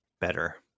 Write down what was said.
better